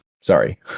Sorry